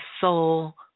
soul